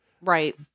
Right